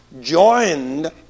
joined